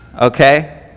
okay